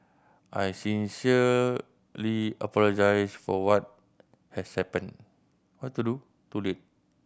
I sincerely apologise for what has happened